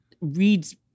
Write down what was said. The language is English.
reads